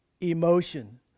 emotion